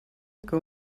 que